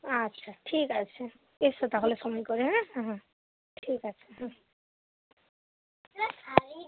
আচ্ছা ঠিক আছে এসো তাহলে সময় করে হ্যাঁ হ্যাঁ হ্যাঁ ঠিক আছে হ্যাঁ